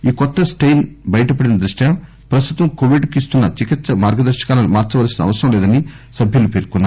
ఈ కొత్త స్టెయిన్ బయటపడిన దృష్ట్యూ ప్రస్తుతం కోవిడ్ కు ఇస్తున్న చికిత్స మార్గదర్శకాలను మార్చవలసిన అవసరం లేదని సభ్యులు పేర్కొన్నారు